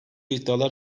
iddialar